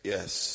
Yes